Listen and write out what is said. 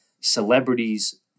celebrities